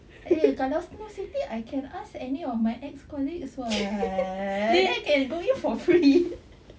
eh kalau snow city I can ask any of my ex-colleagues [what] then can go in for free